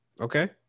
Okay